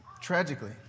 tragically